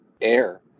air